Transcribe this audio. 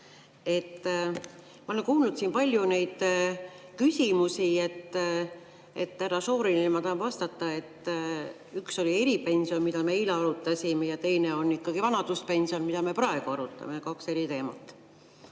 Ma olen kuulnud siin palju küsimusi. Härra Šorinile ma tahan vastata, et üks oli eripension, mida me eile arutasime, ja teine on ikkagi vanaduspension, mida me praegu arutame. Need on kaks eri teemat.